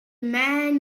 man